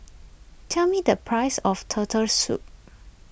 tell me the price of Turtle Soup